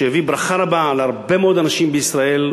שהביא ברכה רבה על הרבה מאוד אנשים בישראל,